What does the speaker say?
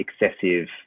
excessive